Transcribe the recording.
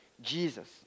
Jesus